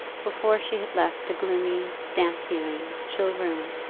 before she had left the gloomy, damp-feeling, chill room,